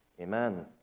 Amen